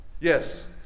Yes